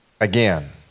Again